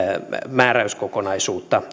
määräyskokonaisuutta